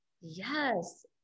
Yes